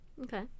Okay